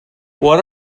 what